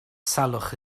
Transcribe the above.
salwch